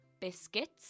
biscuits